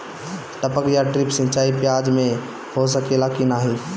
टपक या ड्रिप सिंचाई प्याज में हो सकेला की नाही?